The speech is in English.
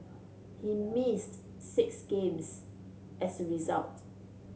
he missed six games as result